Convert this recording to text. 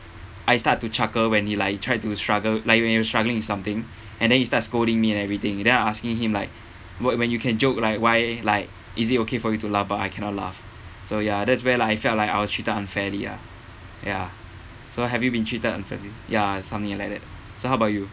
I start to chuckle when he like try to struggle like when when you're struggling with something and then he start scolding me and everything then I asking him like what what you can joke like why like is it okay for you to laugh but I cannot laugh so ya that's where like I felt like I was treated unfairly ah ya so have you been cheated unfairly ya something like that so how about you